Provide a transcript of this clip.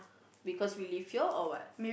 because we live here or what